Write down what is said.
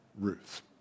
Ruth